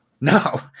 No